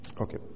Okay